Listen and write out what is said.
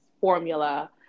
formula